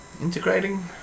integrating